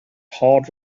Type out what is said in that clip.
hard